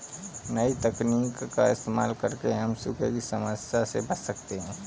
नई तकनीकों का इस्तेमाल करके हम सूखे की समस्या से बच सकते है